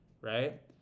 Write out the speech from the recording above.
right